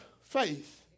faith